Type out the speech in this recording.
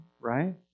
right